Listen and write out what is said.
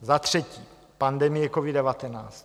Za třetí pandemie covid19.